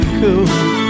cool